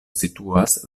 situas